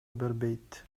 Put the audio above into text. бербейт